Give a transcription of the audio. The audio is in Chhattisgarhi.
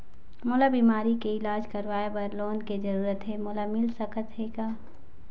मोला बीमारी के इलाज करवाए बर लोन के जरूरत हे मोला मिल सकत हे का?